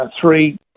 Three